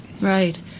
Right